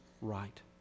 right